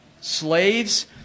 Slaves